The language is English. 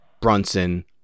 Brunson